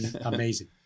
Amazing